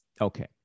Okay